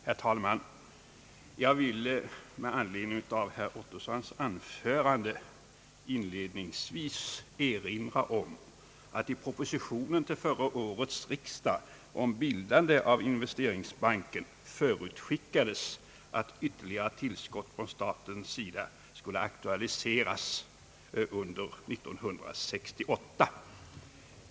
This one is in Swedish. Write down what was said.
Herr talman! Jag vill med anledning av herr Ottossons anförande inlednings vis erinra om att redan i propositionen till förra årets riksdag om bildandet av Investeringsbanken förutskickades, att ytterligare tillskott från statens sida skulle aktualiseras under år 1968.